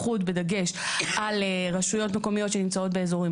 בדגש על רשויות מקומיות שנמצאות באזורים